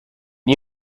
you